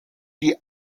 die